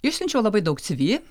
išsiunčiau labai daug cv